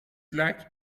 like